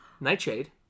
Nightshade